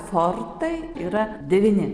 fortai yra devyni